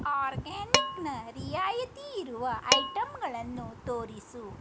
ಆರ್ಗ್ಯಾನಿಕ್ನ ರಿಯಾಯಿತಿಯಿರುವ ಐಟಮ್ಗಳನ್ನು ತೋರಿಸು